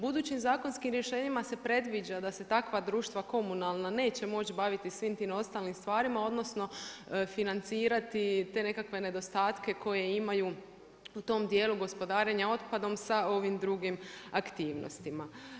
Budućim zakonskim rješenjima se predviđa da se takva društva komunalna neće moći baviti svim tim ostalim stvarima, odnosno financirati te nekakve nedostatke koje imaju u tom dijelu gospodarenja otpadom sa ovim drugim aktivnostima.